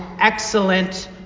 excellent